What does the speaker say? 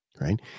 Right